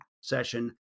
session